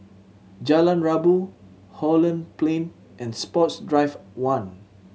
Jalan Rabu Holland Plain and Sports Drive One